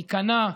תיכנע,